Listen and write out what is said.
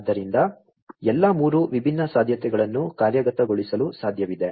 ಆದ್ದರಿಂದ ಎಲ್ಲಾ 3 ವಿಭಿನ್ನ ಸಾಧ್ಯತೆಗಳನ್ನು ಕಾರ್ಯಗತಗೊಳಿಸಲು ಸಾಧ್ಯವಿದೆ